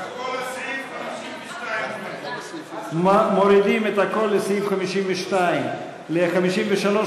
כל סעיף 52. מורידים את הכול בסעיף 52. לסעיפים 53,